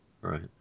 Right